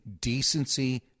decency